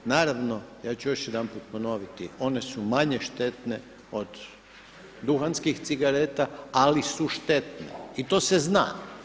Naravno, ja ću još jedanput ponoviti one su manje štetne od duhanskih cigareta, ali su štetne i to se zna.